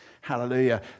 Hallelujah